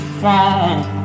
phone